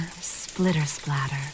splitter-splatter